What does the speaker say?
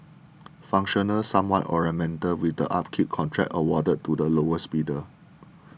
functional somewhat ornamental with the upkeep contract awarded to the lowest bidder